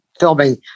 filming